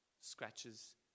scratches